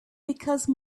because